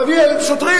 תביא להם שוטרים.